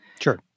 Sure